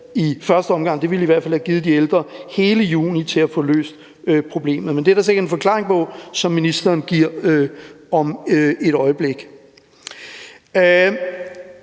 i første omgang? Det ville jo i hvert fald have givet de ældre hele juni til at få løst problemet. Men det er der sikkert en forklaring på, som ministeren giver om et øjeblik.